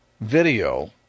video